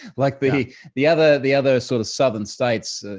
like but the other the other sort of southern states,